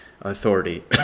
authority